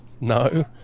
no